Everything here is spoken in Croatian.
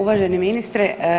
Uvaženi ministre.